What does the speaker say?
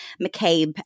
McCabe